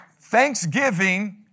Thanksgiving